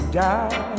die